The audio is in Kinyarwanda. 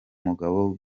mugabo